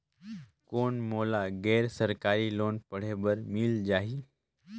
कौन मोला गैर सरकारी लोन पढ़े बर मिल जाहि?